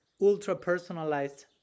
ultra-personalized